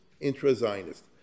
Intra-Zionist